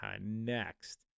next